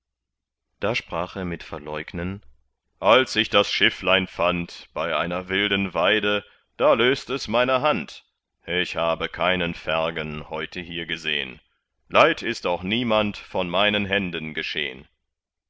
da sprach er mit verleugnen als ich das schifflein fand bei einer wilden weide da löst es meine hand ich habe keinen fergen heute hier gesehn leid ist auch niemand von meinen händen geschehn